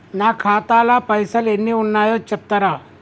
నా ఖాతా లా పైసల్ ఎన్ని ఉన్నాయో చెప్తరా?